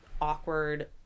awkward